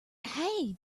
hey